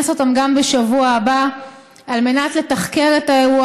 אותם גם בשבוע הבא על מנת לתחקר את האירוע.